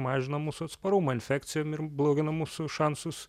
mažina mūsų atsparumą infekcijom ir blogina mūsų šansus